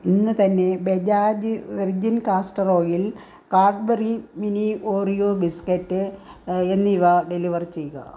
ഇന്നു തന്നെ Bajaj virgin castor oil Cadbury mini Oreo biscuit എന്നിവ ഡെലിവർ ചെയ്യുക